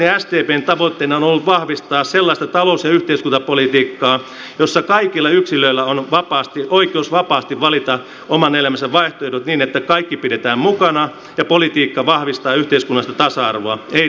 johdossani sdpn tavoitteena on ollut vahvistaa sellaista talous ja yhteiskuntapolitiikkaa jossa kaikilla yksilöillä on oikeus vapaasti valita oman elämänsä vaihtoehdot niin että kaikki pidetään mukana ja politiikka vahvistaa yhteiskunnallista tasa arvoa ei tasapäistämistä